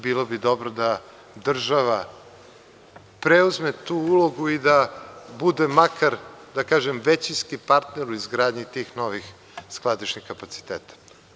Bilo bi dobro da država preuzme tu ulogu i da bude makar većinski partner u izgradnji tih novih skladišnih kapaciteta.